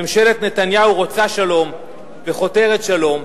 ממשלת נתניהו רוצה שלום וחותרת לשלום,